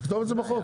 תכתוב את זה בחוק.